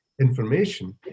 information